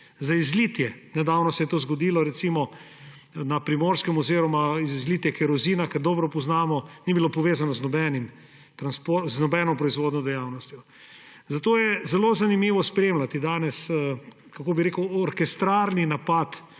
za izlitje – nedavno se je to zgodilo, recimo, na Primorskem oziroma izlitje kerozina, kar dobro poznamo in ni bilo povezano z nobeno proizvodno dejavnostjo. Zato je zelo zanimivo spremljati danes – kako bi rekel – orkestralni napad